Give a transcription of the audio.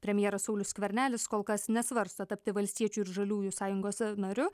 premjeras saulius skvernelis kol kas nesvarsto tapti valstiečių ir žaliųjų sąjungos nariu